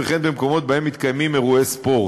וכן במקומות שבהם מתקיימים אירועי ספורט,